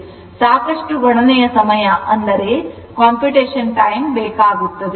ಸಾಕಷ್ಟು ಗಣನೆಯ ಸಮಯ ಬೇಕಾಗುತ್ತದೆ